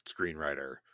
screenwriter